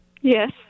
Yes